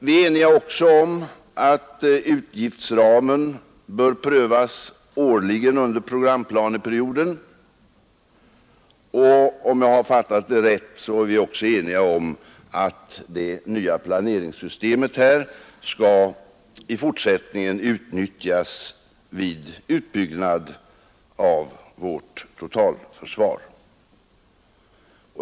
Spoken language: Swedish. Vi är också eniga om att utgiftsramen bör prövas årligen under programplaneperioden, och om jag har fattat det rätt är vi också eniga om att det nya planeringssystemet i fortsättningen skall utnyttjas vid utbyggnad av vårt totalförsvar.